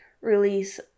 release